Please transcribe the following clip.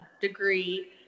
degree